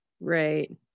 right